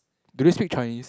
do they speak Chinese